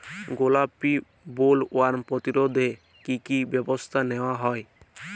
গোলাপী বোলওয়ার্ম প্রতিরোধে কী কী ব্যবস্থা নেওয়া হয়?